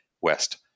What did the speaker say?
west